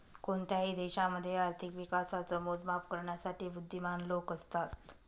कोणत्याही देशामध्ये आर्थिक विकासाच मोजमाप करण्यासाठी बुध्दीमान लोक असतात